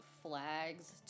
Flags